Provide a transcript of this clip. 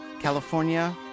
California